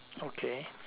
okay